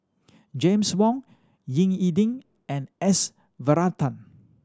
James Wong Ying E Ding and S Varathan